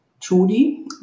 Trudy